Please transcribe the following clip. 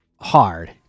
hard